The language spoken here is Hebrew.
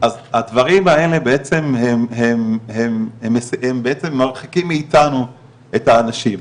אז הדברים האלה הם בעצם מרחיקים מאיתנו את האנשים.